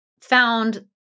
found